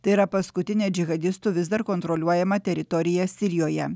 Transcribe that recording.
tai yra paskutinė džihadistų vis dar kontroliuojama teritorija sirijoje